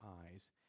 eyes